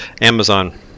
Amazon